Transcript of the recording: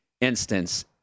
instance